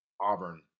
Auburn